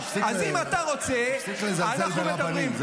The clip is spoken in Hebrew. תפסיק לזלזל ברבנים.